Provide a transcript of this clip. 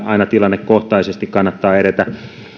aina tilannekohtaisesti kannattaa edetä